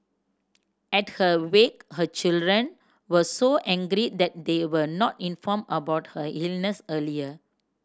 at her wake her children were so angry that they were not informed about her illness earlier